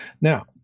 Now